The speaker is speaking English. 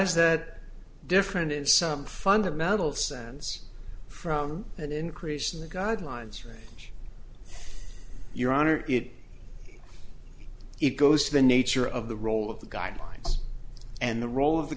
is that different in some fundamental sense from an increase in the guidelines for your honor it it goes to the nature of the role of the guidelines and the role of the